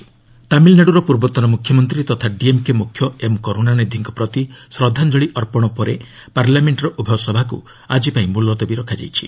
ପାର୍ ଆଡ୍ଜର୍ଣ୍ଣ ତାମିଲ୍ନାଡୁର ପୂର୍ବତନ ମୁଖ୍ୟମନ୍ତ୍ରୀ ତଥା ଡିଏମ୍କେ ମୁଖ୍ୟ ଏମ୍ କରୁଣାନିଧିଙ୍କ ପ୍ରତି ଶ୍ରଦ୍ଧାଞ୍ଚଳି ଅର୍ପଣ ପରେ ପାର୍ଲାମେଣ୍ଟର ଉଭୟ ସଭାକୁ ଆଜିପାଇଁ ମୁଲତବୀ ରଖାଯାଇଛି